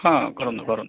ହଁ କରନ୍ତୁ କରନ୍ତୁ